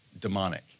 demonic